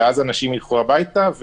ואז אנשים ילכו הביתה,